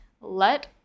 let